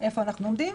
איפה אנחנו עומדים,